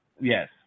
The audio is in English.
Yes